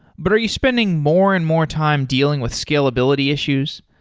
but are you spending more and more time dealing with scalability issues?